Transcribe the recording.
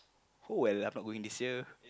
oh well I'm not going this year